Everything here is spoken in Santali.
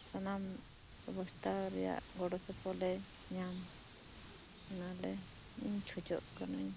ᱥᱟᱱᱟᱢ ᱚᱵᱚᱥᱛᱷᱟ ᱨᱮᱭᱟᱜ ᱜᱚᱲᱚ ᱥᱚᱯᱚᱦᱚᱫ ᱞᱮ ᱧᱟᱢ ᱚᱱᱟᱞᱮ ᱤᱧ ᱠᱷᱚᱡᱚᱜ ᱠᱟᱹᱱᱟᱹᱧ